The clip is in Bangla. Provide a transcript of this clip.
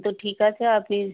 তো ঠিক আছে আপনি